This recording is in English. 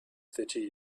thirty